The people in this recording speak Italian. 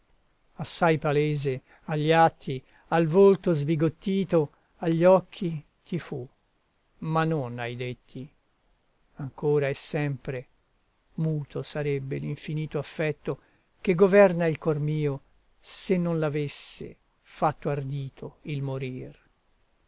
assai palese agli atti al volto sbigottito agli occhi ti fu ma non ai detti ancora e sempre muto sarebbe l'infinito affetto che governa il cor mio se non l'avesse fatto ardito il morir